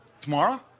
tomorrow